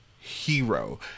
hero